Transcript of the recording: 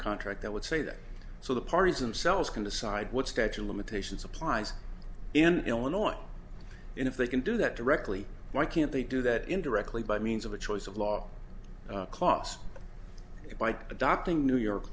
contract that would say that so the parties themselves can decide what statue limitations applies in illinois and if they can do that directly why can't they do that indirectly by means of a choice of law costs by adopting new york